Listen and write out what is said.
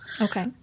Okay